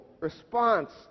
response